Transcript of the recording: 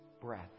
breath